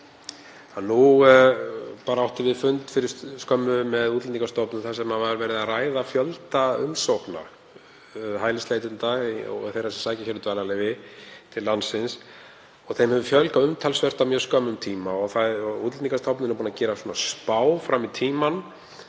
Nú áttum við fund fyrir skömmu með Útlendingastofnun þar sem verið var að ræða fjölda umsókna hælisleitenda og þeirra sem sækja um dvalarleyfi hér á landi. Þeim hefur fjölgað umtalsvert á mjög skömmum tíma og Útlendingastofnun er búin að gera spá fram í tímann